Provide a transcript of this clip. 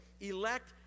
elect